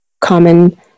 common